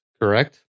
correct